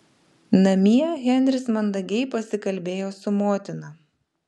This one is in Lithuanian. namie henris mandagiai pasikalbėjo su motina